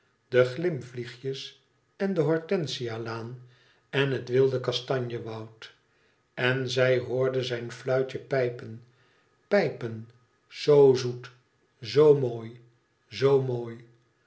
de glimvliegjes en de hortensia laan en het wilde kastanje woud en zij hoorde zijn fluitje pijpen pijpen zoo zoet zoo mooi zoo mooi